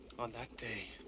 on that day,